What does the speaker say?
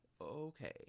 okay